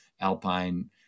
alpine